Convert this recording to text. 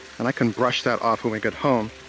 and i can brush that off when we get home.